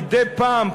מדי פעם,